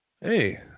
Hey